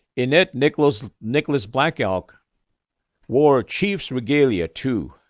in it, nicholas nicholas black elk wore chief's regalia too,